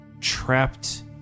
trapped